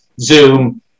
Zoom